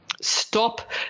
stop